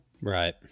Right